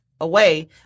away